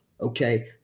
Okay